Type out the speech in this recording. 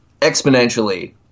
exponentially